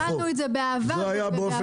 קיבלנו את זה באהדה ובהבנה.